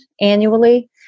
annually